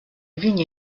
vigne